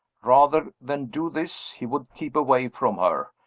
rather than do this, he would keep away from her,